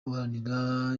uharanira